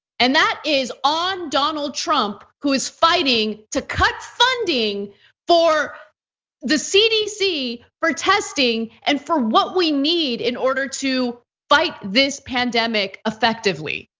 and that is on donald trump who is fighting to cut funding for the cdc for testing and for what we need in order to fight this pandemic effectively.